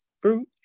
fruit